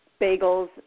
bagels